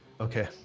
Okay